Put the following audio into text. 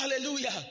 hallelujah